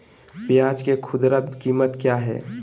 प्याज के खुदरा कीमत क्या है?